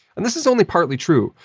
and this is only partly true.